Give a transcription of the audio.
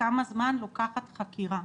וכמה זמן לוקחת חקירה.